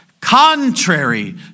contrary